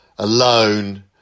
alone